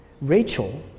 Rachel